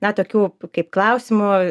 na tokių kaip klausimų